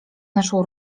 naszą